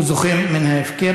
הוא זוכה מן ההפקר.